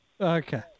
Okay